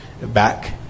back